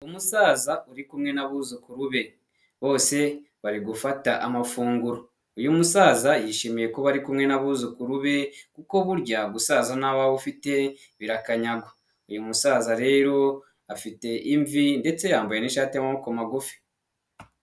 Umusaza uri kumwe n'abuzukuru be. Bose bari gufata amafunguro, Uyu musaza yishimiye kuba bari kumwe n'abuzukuru be kuko burya gusaza nta wawe ufite birakanyagwa. Uyu musaza rero afite imvi ndetse yambaye n'ishati y'amaboko magufi.